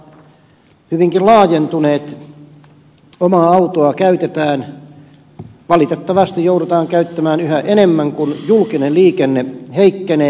omaa autoa käytetään valitettavasti joudutaan käyttämään yhä enemmän kun julkinen liikenne heikkenee